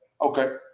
Okay